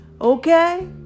Okay